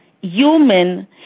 human